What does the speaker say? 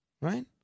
right